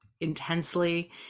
intensely